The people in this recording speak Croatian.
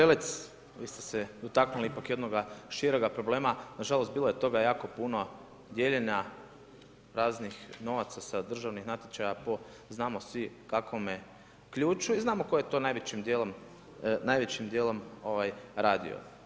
Kolega Prelec, vi ste se dotaknuli ipak jednoga širega problema, nažalost bilo je toga jako puno dijeljenja raznih novaca sa državnih natječaja po znamo svi kakvome ključu i znamo ko je to najvećim dijelom radio.